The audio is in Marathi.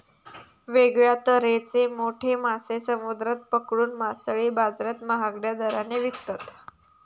वेगळ्या तरेचे मोठे मासे समुद्रात पकडून मासळी बाजारात महागड्या दराने विकतत